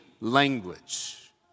language